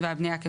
שמה?